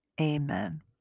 Amen